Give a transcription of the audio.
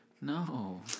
No